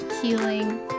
healing